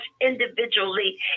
individually